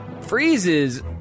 freezes